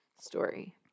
story